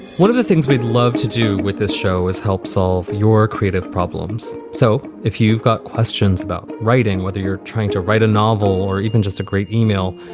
one of the things we'd love to do with this show is help solve your creative problems. so if you've got questions about writing, whether you're trying to write a novel or even just a great e-mail,